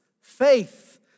faith